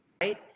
Right